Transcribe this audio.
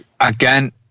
Again